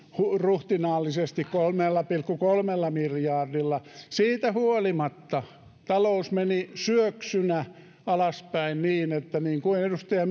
ruhtinaallisesti kolmella pilkku kolmella miljardilla siitä huolimatta talous meni syöksynä alaspäin niin että niin kuin edustaja